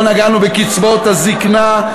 לא נגענו בקצבאות הזיקנה,